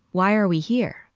why are we here?